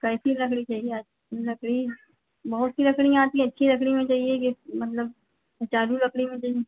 कैसी लकड़ी चाहिए लकड़ी बहुत सी लकड़ियाँ आती हैं अच्छी लकड़ी में चाहिए कि मतलब चालू लकड़ी में चाहिए